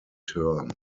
term